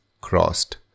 crossed